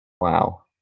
Wow